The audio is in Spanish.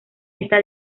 esta